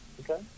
Okay